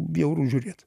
bjauru žiūrėt